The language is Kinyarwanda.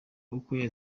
uko